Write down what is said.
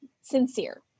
sincere